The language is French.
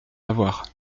avoir